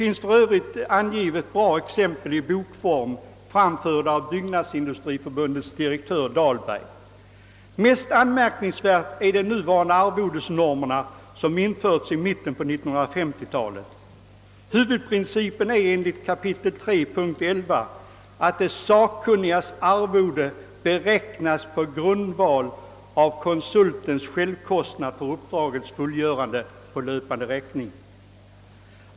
För övrigt finns bra exempel utgivna i bok Det mest anmärkningsvärda är de nuvarande arvodesnormerna som infördes i mitten på 1950-talet. Huvudprincipen är enligt kap. 3 punkt 11, att de sakkunnigas arvode beräknas på grundval av konsultens självkostnad för uppdragets fullgörande på »löpande räkning».